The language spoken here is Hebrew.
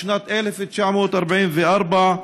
בשנת 1944,